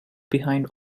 behind